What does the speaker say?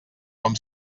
com